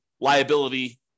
liability